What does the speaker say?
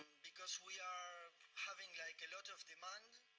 because we are having like a lot of demand,